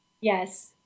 Yes